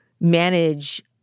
manage